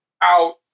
out